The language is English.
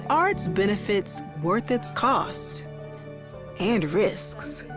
are its benefits worth its cost and risks?